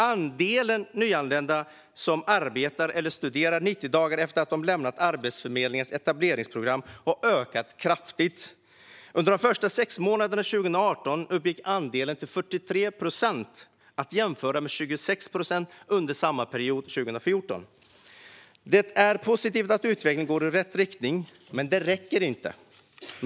Andelen nyanlända som arbetar eller studerar 90 dagar efter att de lämnat Arbetsförmedlingens etableringsprogram har ökat kraftigt. Under de första sex månaderna 2018 uppgick andelen till 43 procent, att jämföra med 26 procent under samma period 2014. Det är positivt att utvecklingen går i rätt riktning, men det räcker inte.